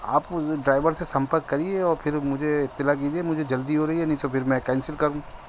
آپ اس ڈرائیور سے سمپرک کریے اور پھر مجھے اطلاع کیجیے مجھے جلدی ہو رہی ہے نہیں تو پھر میں کینسل کروں